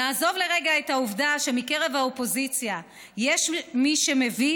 נעזוב לרגע את העובדה שמקרב האופוזיציה יש מי שמביא